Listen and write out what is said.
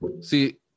See